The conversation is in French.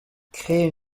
créer